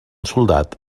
soldat